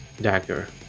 dagger